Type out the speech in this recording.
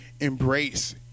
embrace